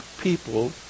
people